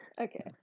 Okay